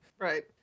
Right